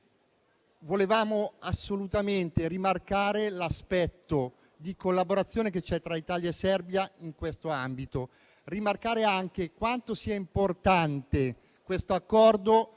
vogliamo assolutamente rimarcare l'aspetto di collaborazione che c'è tra Italia e Serbia in questo ambito e anche quanto sia importante l'Accordo